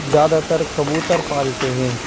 زیادہ تر کبوتر پالتے ہیں